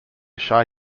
shy